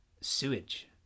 sewage